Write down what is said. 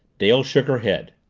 dale shook her head.